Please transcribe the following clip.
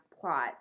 plot